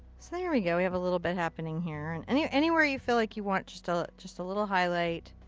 so there we go. we have a little bit happening and and there. anywhere you feel like you want just ah ah just a little highlight.